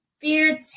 fear